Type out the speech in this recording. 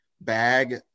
bag